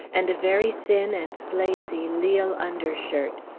and a very thin and slazy lisle undershirt.